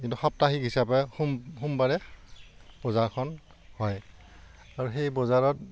কিন্তু সাপ্তাহিক হিচাপে সোম সোমবাৰে বজাৰখন হয় আৰু সেই বজাৰত